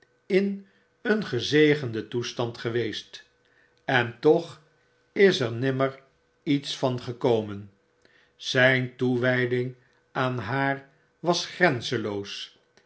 in een gezegenden toestand geweest en toch is er nimmer iets van gekomen zyn toewyding aan haar was grenzenloos